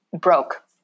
broke